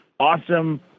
awesome